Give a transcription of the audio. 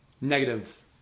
negative